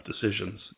decisions